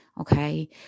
Okay